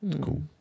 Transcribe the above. Cool